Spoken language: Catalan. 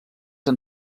han